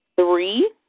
three